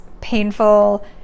painful –